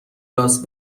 لاس